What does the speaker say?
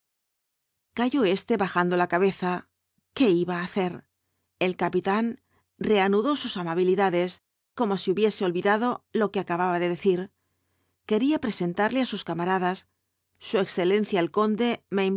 calló éste bajando la cabeza qué iba á hacer el capitán reanudó sus amabilidades como si hubiese olvidado lo que acababa de decir quería presentarle á sus camaradas su excelencia el conde